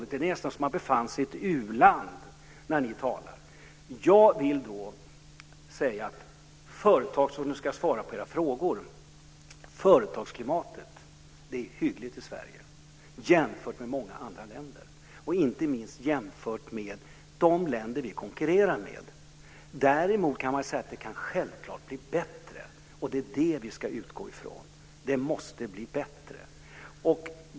Det låter nästan som om man befann sig i ett uland när ni talar. Jag vill säga, om jag nu ska svara på era frågor, att företagsklimatet är hyggligt i Sverige jämfört med många andra länder, och inte minst jämfört med de länder som vi konkurrerar med. Däremot kan man säga att det självklart kan bli bättre, och det är det som vi ska utgå från. Det måste bli bättre.